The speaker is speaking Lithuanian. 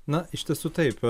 na iš tiesų taip